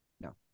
No